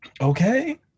Okay